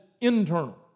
internal